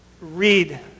read